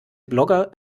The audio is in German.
blogger